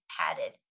padded